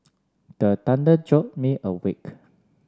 the thunder jolt me awake